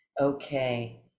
Okay